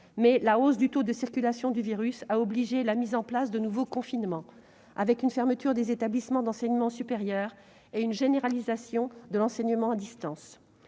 mais la hausse du taux de circulation du virus a nécessité la mise en place de nouveaux confinements, avec une fermeture des établissements d'enseignement supérieur et une généralisation de l'enseignement à distance.